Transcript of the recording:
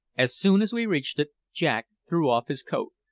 as soon as we reached it jack threw off his coat,